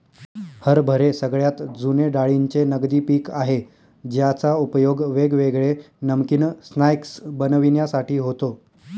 हरभरे सगळ्यात जुने डाळींचे नगदी पिक आहे ज्याचा उपयोग वेगवेगळे नमकीन स्नाय्क्स बनविण्यासाठी होतो